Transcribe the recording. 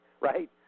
right